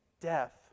death